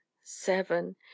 seven